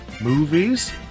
movies